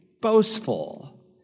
boastful